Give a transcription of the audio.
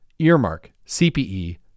earmarkcpe